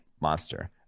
Monster